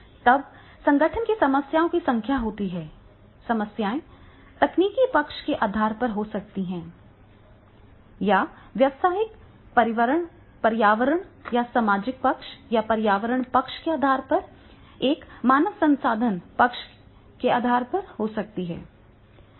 तब संगठन में समस्याओं की संख्या होती है समस्याएं तकनीकी पक्ष के आधार पर हो सकती हैं या व्यावसायिक पर्यावरण या सामाजिक पक्ष या पर्यावरण पक्ष के आधार पर एक मानव संसाधन पक्ष या आधार हो सकती हैं